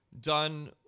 done